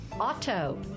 auto